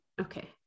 Okay